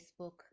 Facebook